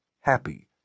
happy